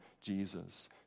Jesus